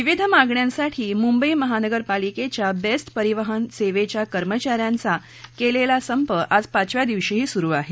विविध मागण्यांसाठी मुंबई महापालिकेच्या बेस्ट परिवहन सेवेच्या कर्मचा यांनी केलेला संप आज पाचव्या दिवशीही सुरु आहे